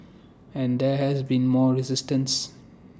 and there has been more resistance